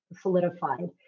solidified